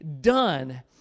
done